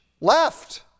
left